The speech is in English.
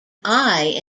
eye